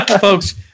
folks